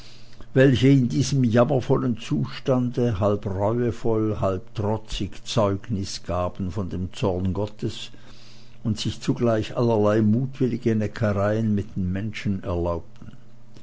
welche in diesem jammervollen zustande halb reuevoll halb trotzig zeugnis gaben von dem zorne gottes und sich zugleich allerlei mutwillige neckereien mit den menschen erlaubten